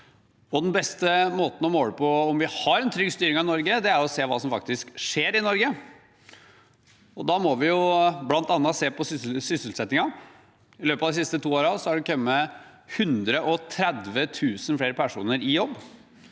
Den beste måten for å måle om vi har trygg styring av Norge, er å se hva som faktisk skjer i Norge. Da må vi bl.a. se på sysselsettingen. I løpet av de siste to årene har det kommet 130 000 flere personer i jobb.